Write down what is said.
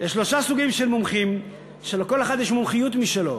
שלושה סוגים של מומחים, שלכל אחד יש מומחיות משלו.